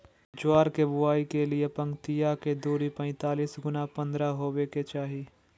ज्वार के बुआई के लिए पंक्तिया के दूरी पैतालीस गुना पन्द्रह हॉवे के चाही